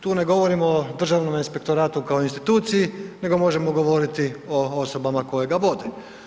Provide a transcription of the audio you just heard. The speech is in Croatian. Tu ne govorimo o Državnom inspektoratu kao instituciji nego možemo govoriti o osobama koje ga vode.